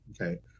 okay